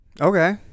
Okay